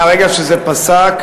מהרגע שזה פסק,